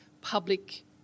public